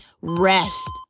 Rest